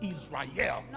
Israel